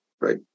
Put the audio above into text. right